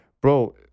bro